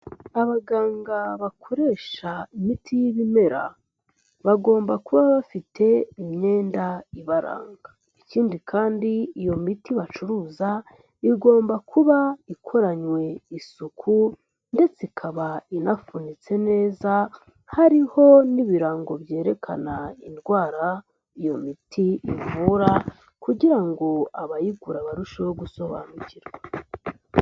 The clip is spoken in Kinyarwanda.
Abaganga bakoresha imiti y'ibimera, bagomba kuba bafite imyenda ibaranga. Ikindi kandi iyo miti bacuruza igomba kuba ikoranywe isuku ndetse ikaba inafunitse neza hariho n'ibirango byerekana indwara iyo miti ivura, kugira ngo abayigura barusheho gusobanukirwa.